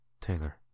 Taylor